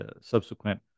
subsequent